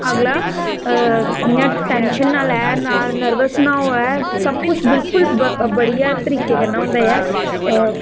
अगला इयां टेंशन ना लेऐ इयां नर्बस ना होऐ सब कुछ बिल्कुल बड़ियां तरीके कन्नै होंदा ऐ